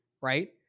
right